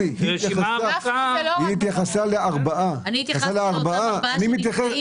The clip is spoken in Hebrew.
היא התייחסה לארבע ערים.